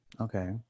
Okay